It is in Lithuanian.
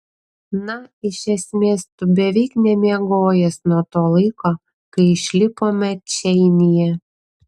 na iš esmės tu beveik nemiegojęs nuo to laiko kai išlipome čeinyje